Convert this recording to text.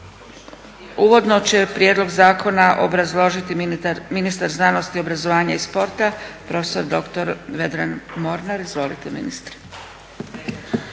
Uvodno će prijedlog zakona obrazložiti ministar znanosti, obrazovanja i sporta prof.dr.sc. Vedran Mornar. Izvolite ministre.